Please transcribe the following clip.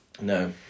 No